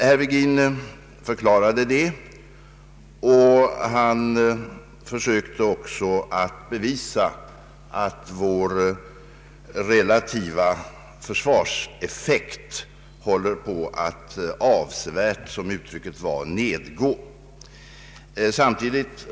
Herr Virgin ansåg att så var fallet, och han försökte också bevisa att vår relativa försvarseffekt håller på att avsevärt nedgå, som han uttryckte det.